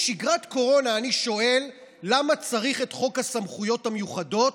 בשגרת קורונה אני שואל למה צריך את חוק הסמכויות המיוחדות,